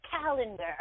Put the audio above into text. calendar